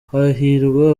hahirwa